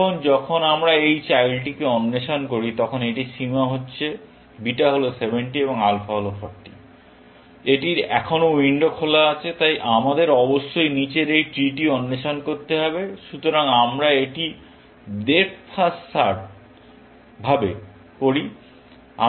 এখন যখন আমরা এই চাইল্ডটিকে অন্বেষণ করি তখন এটির সীমা হচ্ছে বিটা হল 70 এবং আলফা হল 40। এটির এখনও উইন্ডো খোলা আছে তাই আমাদের অবশ্যই নীচের এই ট্রি টি অন্বেষণ করতে হবে। সুতরাং আমরা এটি ডেপ্থ ফার্স্ট ভাবে করি